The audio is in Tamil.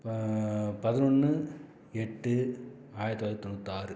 ப பதினொன்று எட்டு ஆயிரத்து தொளாயிரத்து தொண்ணூத்தாறு